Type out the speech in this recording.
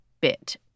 bit